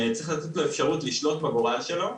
צריך לתת לו אפשרות לשלוט בגורל שלו.